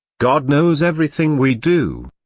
god knows everything we do.